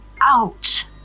out